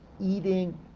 eating